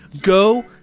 go